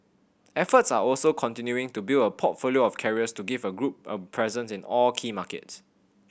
efforts are also continuing to build a portfolio of carriers to give a group of presence in all key markets